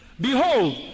Behold